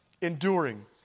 enduring